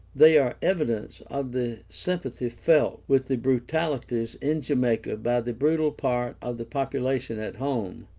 they are evidence of the sympathy felt with the brutalities in jamaica by the brutal part of the population at home.